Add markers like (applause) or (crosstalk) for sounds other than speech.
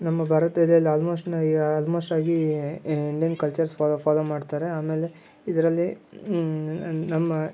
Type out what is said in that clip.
ನಮ್ಮ ಭಾರತದಲ್ಲಿ almost (unintelligible) almost ಆಗಿ ಈ ಇಂಡಿಯನ್ ಕಲ್ಚರ್ಸ್ ಫಾಲೋ ಫಾಲೋ ಮಾಡ್ತಾರೆ ಆಮೇಲೆ ಇದರಲ್ಲಿ ನಮ್ಮ